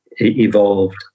evolved